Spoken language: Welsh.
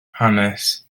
hanes